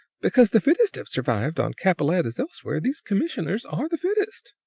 because the fittest have survived, on capellette as elsewhere. these commissioners are the fittest.